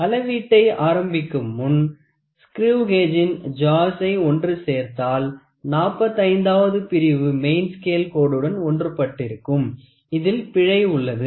அளவீட்டை ஆரம்பிக்கும் முன் ஸ்கிரிவ் கேஜின் ஜாவ்ஸை ஒன்று சேர்ந்தால் 45 ஆவது பிரிவு மெயின் ஸ்கேல் கோடுடன் ஒன்று பட்டிருக்கும் இதில் பிழை உள்ளது